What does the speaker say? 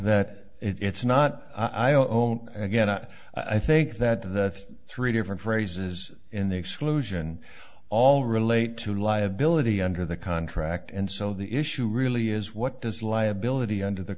that it's not i own i get that i think that the three different phrases in the exclusion all relate to liability under the contract and so the issue really is what does liability under the